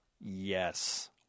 Yes